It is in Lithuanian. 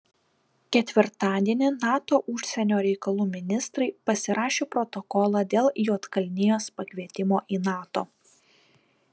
ketvirtadienį nato užsienio reikalų ministrai pasirašė protokolą dėl juodkalnijos pakvietimo į nato